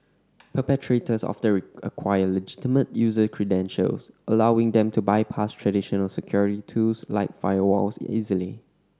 perpetrators often acquire legitimate user credentials allowing them to bypass traditional security tools like firewalls easily